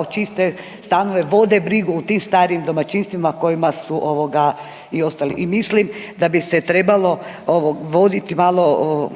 očiste stanove, vode brigu o tim starijim domaćinstvima kojima su ovoga, i ostali i mislim da bi se trebalo voditi malo